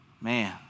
Man